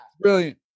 brilliant